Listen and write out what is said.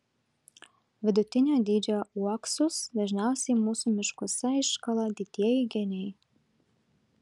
vidutinio dydžio uoksus dažniausiai mūsų miškuose iškala didieji geniai